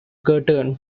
curtain